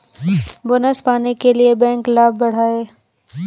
bonus पाने के लिए बैंक लाभ बढ़ाएं